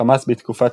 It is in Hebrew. חמאס בתקופת